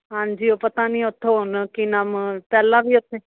ਹਾਂਜੀ ਉਹ ਪਤਾ ਨਹੀਂ ਓੱਥੋਂ ਹੁਣ ਕੀ ਨਾਮ ਪਹਿਲਾਂ ਵੀ ਓੱਥੇ